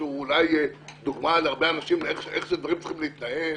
שהוא אולי דוגמה להרבה אנשים איך דברים צריכים להתנהל,